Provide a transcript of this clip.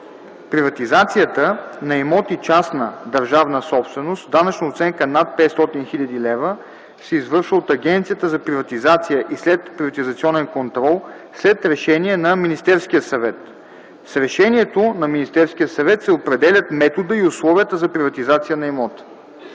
Приватизацията на имоти – частна държавна собственост, с данъчна оценка над 500 000 лв. се извършва от Агенцията за приватизация и следприватизационен контрол след решение на Министерския съвет. С решението на Министерския съвет се определят методът и условията за приватизация на имота.”